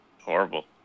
horrible